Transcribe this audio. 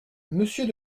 monsieur